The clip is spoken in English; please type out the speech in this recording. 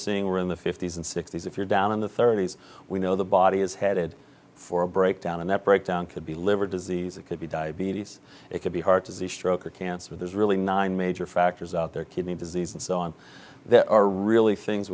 seeing were in the fifty's and sixty's if you're down in the thirty's we know the body is headed for a breakdown and that breakdown could be liver disease it could be diabetes it could be heart disease stroke or cancer there's really nine major factors out there kidney disease and so on there are really things